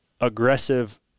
aggressive